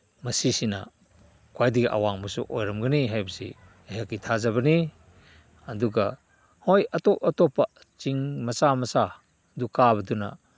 ꯃꯁꯤꯁꯤꯅ ꯈ꯭ꯋꯥꯏꯗꯒꯤ ꯑꯋꯥꯡꯕꯁꯨ ꯑꯣꯏꯔꯝꯒꯅꯤ ꯍꯥꯏꯕꯁꯤ ꯑꯩꯍꯥꯛꯀꯤ ꯊꯥꯖꯕꯅꯤ ꯑꯗꯨꯒ ꯍꯣꯏ ꯑꯇꯣꯞ ꯑꯇꯣꯞꯄ ꯆꯤꯡ ꯃꯆꯥ ꯃꯆꯥ ꯑꯗꯨ ꯀꯥꯕꯗꯨꯅ